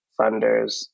funders